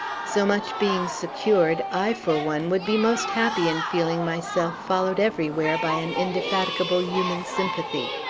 so much being secured, i, for one, would be most happy in feeling myself followed everywhere by an indefatigable human sympathy.